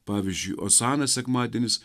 pavyzdžiui osana sekmadienis